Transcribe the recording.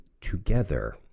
together